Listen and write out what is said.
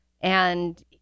and-